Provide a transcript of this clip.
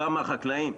בא מהחקלאים,